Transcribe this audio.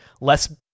less